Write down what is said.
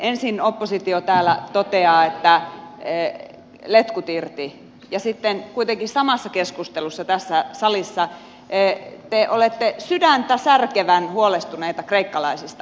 ensin oppositio täällä toteaa että letkut irti ja sitten kuitenkin samassa keskustelussa tässä salissa te olette sydäntä särkevän huolestuneita kreikkalaisista